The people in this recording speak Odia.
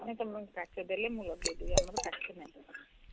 ନାଇ ତମେ ପାକି ଦେଲେ ମୁଁ ଲଗାଇଦେବି ଆମର ପାକି ନାହିଁ